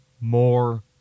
more